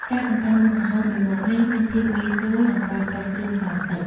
ការចំអិនមុខម្ហូបមួយមុខនេះមានភាពងាយស្រួល និងប្រើប្រាស់គ្រឿងផ្សំតិច។